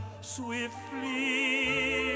swiftly